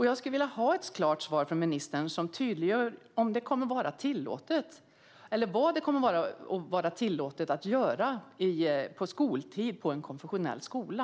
Jag skulle vilja ha ett klart svar från ministern - ett svar som tydliggör vad som kommer att vara tillåtet att göra på skoltid på en konfessionell skola.